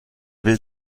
will